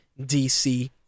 DC